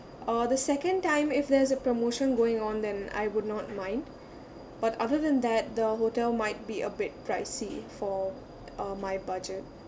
uh the second time if there's a promotion going on than I would not mind but other than that the hotel might be a bit pricey for uh my budget